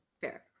fair